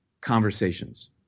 conversations